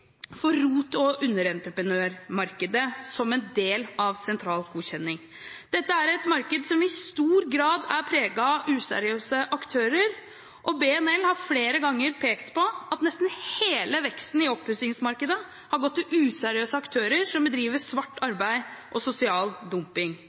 for ROT- og underentreprenørmarkedet som en del av en sentral godkjenning. Dette er et marked som i stor grad er preget av useriøse aktører, og BNL har flere ganger pekt på at nesten hele veksten i oppussingsmarkedet har gått til useriøse aktører som bedriver svart